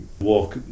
walk